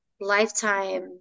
lifetime